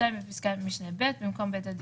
טוב, הלאה.